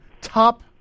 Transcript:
Top